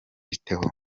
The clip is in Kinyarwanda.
theo